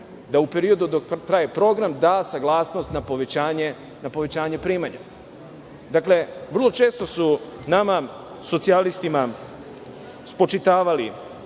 da u periodu dok traje program, da saglasnost na povećanje primanja. Dakle, vrlo često su nama socijalistima spočitavali